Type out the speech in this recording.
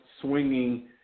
swinging